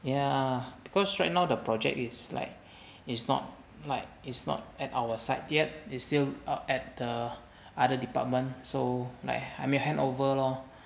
ya because right now the project is like it's not like it's not at our side yet it still err at the other department so like 还没 hand handover lor